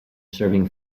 serving